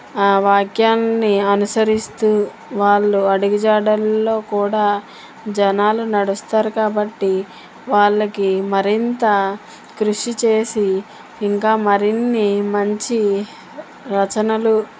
ఆ వాక్యాన్ని అనుసరిస్తూ వాళ్ళు అడుగుజాడల్లో కూడా జనాలు నడుస్తారు కాబట్టి వాళ్ళకి మరింత కృషి చేసి ఇంకా మరిన్ని మంచి రచనలు